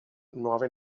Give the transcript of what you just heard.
nuove